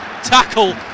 Tackle